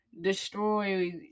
destroy